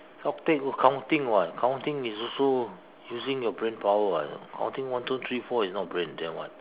stock take got counting [what] counting is also using your brain power [what] counting one two three four is not brain then what